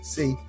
See